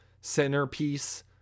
centerpiece